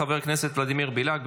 חבר הכנסת ולדימיר בליאק.